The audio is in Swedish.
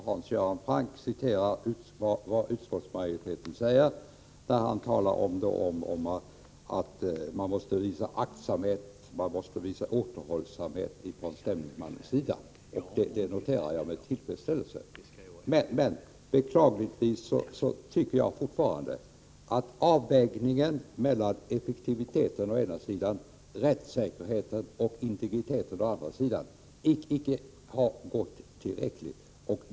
Hans Göran Franck citerade vad utskottsmajoriteten skriver, när han talade om att aktsamhet och återhållsamhet måste visas från stämningsmannens sida. Detta noterade jag med tillfredsställelse. Jag tycker emellertid fortfarande att avvägningen mellan effektiviteten å ena sidan och rättssäkerheten och integriteten å den andra beklagligtvis icke har varit tillfredsställande.